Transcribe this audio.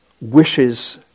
wishes